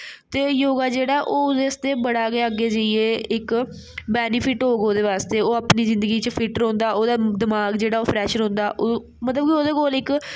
ते योगा जेह्ड़ा ओह् औह्दे आस्तै बड़ा गै अग्गें जाइयै इक बैनीफिट होग ओह्दै बास्तै अपनी जिंदगी च फिट्ट रौंह्दा ओह्दा दिमाग जेह्ड़ा ओह् फ्रेश रौंह्दा मतलब कि ओह्दे कोल इक